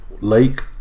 Lake